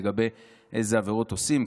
לגבי איזה עבירות עושים.